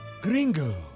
Gringo